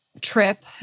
trip